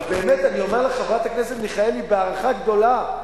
אני אומר לחברת הכנסת מיכאלי, בהערכה גדולה,